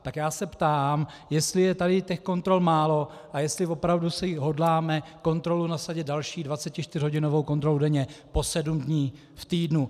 Tak já se ptám, jestli je tady těch kontrol málo a jestli opravdu si hodláme nasadit další 24hodinovou kontrolu denně po sedm dní v týdnu.